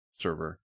server